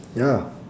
ya